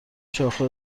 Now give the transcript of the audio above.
شاخه